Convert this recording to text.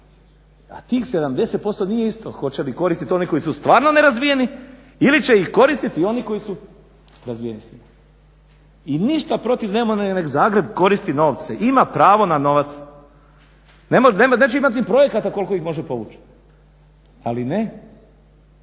A tih 70% nije isto hoće li koristit oni koji su stvarno nerazvijeni ili će ih koristiti oni koji su razvijeni. I ništa protiv nemam, nek Zagreb koristi novce, ima pravo na novac, neće imati ni projekata koliko ih može povuć, ali ne